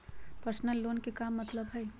Personal loan के का मतलब हई?